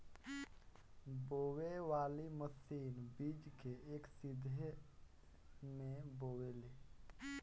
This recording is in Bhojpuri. बोवे वाली मशीन बीज के एक सीध में बोवेले